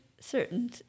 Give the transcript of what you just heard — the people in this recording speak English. certain